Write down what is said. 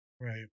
Right